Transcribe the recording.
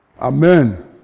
Amen